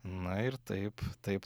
na ir taip taip